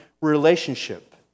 relationship